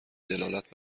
دلالت